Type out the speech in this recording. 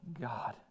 God